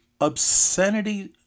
obscenity